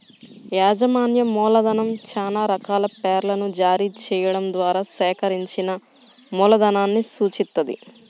యాజమాన్య మూలధనం చానా రకాల షేర్లను జారీ చెయ్యడం ద్వారా సేకరించిన మూలధనాన్ని సూచిత్తది